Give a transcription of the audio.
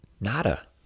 Nada